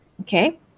okay